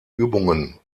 übungen